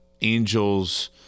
angels